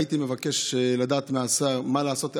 הייתי מבקש לדעת מהשר מה לעשות,